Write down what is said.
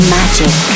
Magic